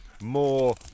more